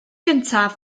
gyntaf